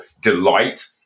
delight